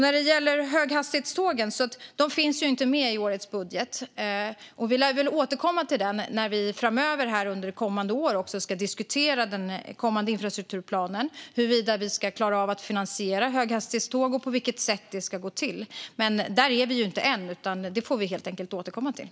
När det gäller höghastighetstågen finns de ju inte med i årets budget. Vi lär väl återkomma till dem när vi under kommande år ska diskutera den kommande infrastrukturplanen och huruvida vi ska klara av att finansiera höghastighetståg samt på vilket sätt det ska gå till. Där är vi dock inte än, utan det får vi helt enkelt återkomma till.